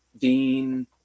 Dean